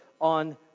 on